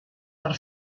per